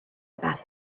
about